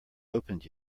opened